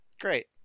Great